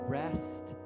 rest